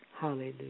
Hallelujah